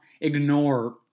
ignore